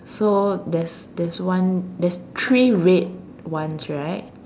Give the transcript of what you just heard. so there's there's one there's three red ones right